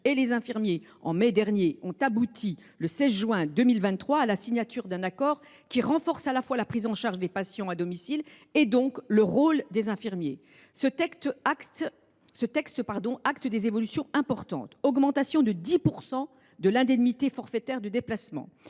et les infirmiers ont abouti, le 16 juin 2023, à la signature d’un accord qui renforce la prise en charge des patients à domicile, donc le rôle des infirmiers. Ce texte acte des évolutions importantes : augmentation de 10 % de l’indemnité forfaitaire de déplacement